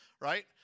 right